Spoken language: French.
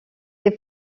des